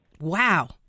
Wow